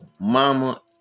mama